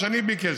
השני ביקש,